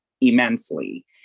immensely